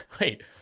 wait